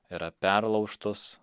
yra perlaužtos